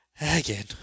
again